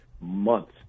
months